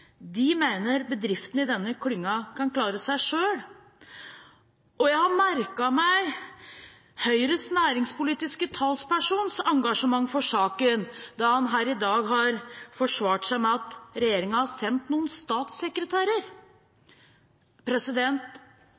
De mener at bedriftene i denne klyngen klarer seg selv. Jeg har også merket meg Høyres næringspolitiske talspersons engasjement for saken når han her i dag har forsvart seg med at regjeringen har sendt noen statssekretærer.